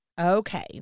Okay